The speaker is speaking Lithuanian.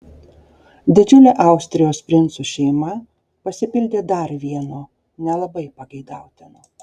didžiulė austrijos princų šeima pasipildė dar vienu nelabai pageidautinu